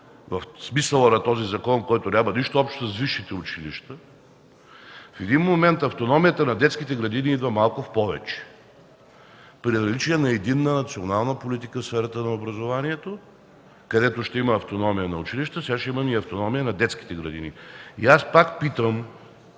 в смисъла на този закон, който няма нищо общо с висшите училища, в един момент автономията на детските градини идва малко в повече при наличие на единна национална политика в сферата на образованието, където ще има автономия на училища, а сега ще имаме и автономия на детските градини. Аз пак питам: